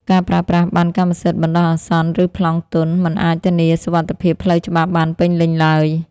ការប្រើប្រាស់ប័ណ្ណកម្មសិទ្ធិបណ្ដោះអាសន្ន ឬ "ប្លង់ទន់" មិនអាចធានាសុវត្ថិភាពផ្លូវច្បាប់បានពេញលេញឡើយ។